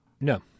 No